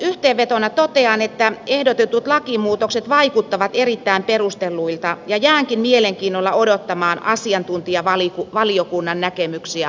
yhteenvetona totean että ehdotetut lakimuutokset vaikuttavat erittäin perustelluilta ja jäänkin mielenkiinnolla odottamaan asiantuntijavaliokunnan näkemyksiä asiasta